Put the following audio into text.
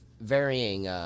varying